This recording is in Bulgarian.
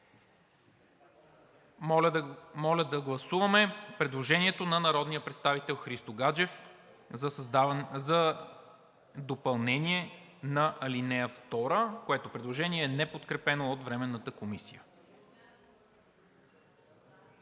Моля да гласуваме чл. 20 – предложението на народния представител Христо Гаджев за допълнение на ал. 2, което е неподкрепено от Временната комисия.